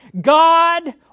God